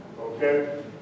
Okay